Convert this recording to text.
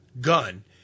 gun